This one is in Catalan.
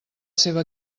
seva